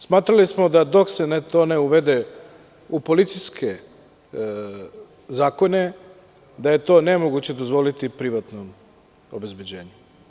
Smatrali smo, dok se to ne uvede u policijske zakone, da je to nemoguće dozvoliti privatnom obezbeđenju.